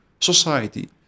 society